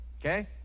okay